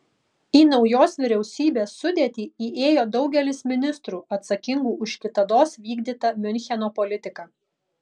į naujos vyriausybės sudėtį įėjo daugelis ministrų atsakingų už kitados vykdytą miuncheno politiką